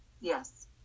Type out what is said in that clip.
Yes